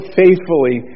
faithfully